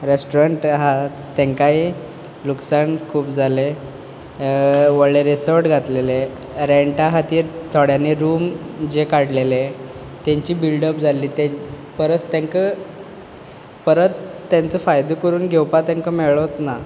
restaurant आसा तांकांय लुकसाण खूब जालें व्हडले रेजोट घातलेले रेंटा खातीर थोड्यांनी रूम जे काडलेले तांचें बिल्डअप जाल्ले तांचे परस तांकां परत तेंचो फायदो करून घेवपाक तांकां मेळ्ळोच ना